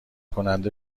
کننده